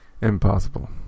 Impossible